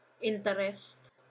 interest